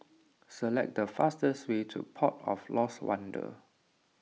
select the fastest way to Port of Lost Wonder